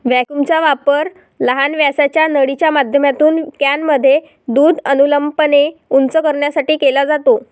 व्हॅक्यूमचा वापर लहान व्यासाच्या नळीच्या माध्यमातून कॅनमध्ये दूध अनुलंबपणे उंच करण्यासाठी केला जातो